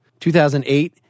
2008